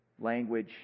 language